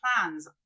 plans